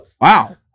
Wow